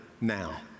now